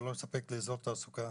אתה לא מספק לי אזור תעסוקה.